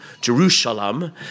Jerusalem